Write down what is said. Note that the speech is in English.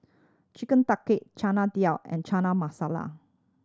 Chicken Tikka Chana Dal and Chana Masala